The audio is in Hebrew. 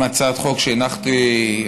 עם הצעת חוק שהגשתי אחריה,